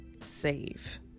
save